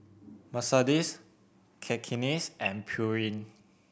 Mercedes Cakenis and Pureen